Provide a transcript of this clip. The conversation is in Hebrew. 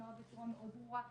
אמרת בצורה מאוד ברורה,